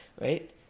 right